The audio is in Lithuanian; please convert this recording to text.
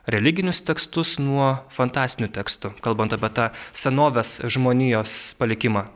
religinius tekstus nuo fantastinių tekstų kalbant apie tą senovės žmonijos palikimą